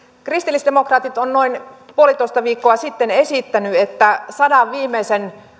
kristillisdemokraatit on noin puolitoista viikkoa sitten esittänyt että ansiopäivärahakauden sadan viimeisen